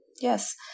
Yes